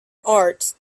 arts